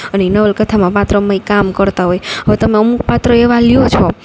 અને ઈ નવલકથામાં પાત્રમાં ઈ કામ કરતાં હોય હવે તમે અમુક પાત્ર એવા લ્યો છો